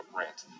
rent